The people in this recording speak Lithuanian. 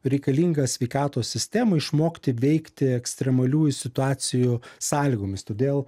reikalinga sveikatos sistemai išmokti veikti ekstremaliųjų situacijų sąlygomis todėl